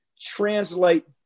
translate